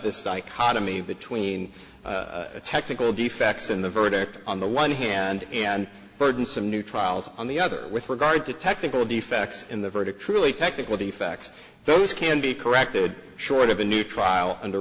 this dichotomy between technical defects in the verdict on the one hand and burdensome new trials on the other with regard to technical defects in the verdict truly technical the facts those can be corrected short of a new trial under